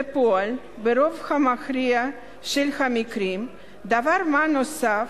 בפועל, ברוב המכריע של המקרים דבר מה נוסף